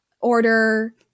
order